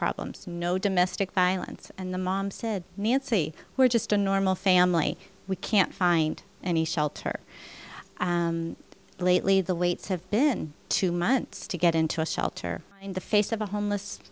problems no domestic violence and the mom said nancy we're just a normal family we can't find any shelter lately the waits have been two months to get into a shelter in the face of a homeless